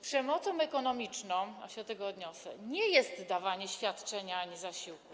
Przemocą ekonomiczną - ja się do tego odniosę - nie jest dawanie świadczenia ani zasiłku.